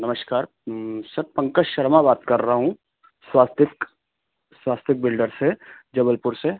नमस्कार सर पंकज शर्मा बात कर रहा हूँ स्वास्तिक स्वास्तिक बिल्डर से जबलपुर से